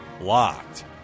Locked